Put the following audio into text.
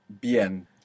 BIEN